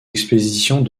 expéditions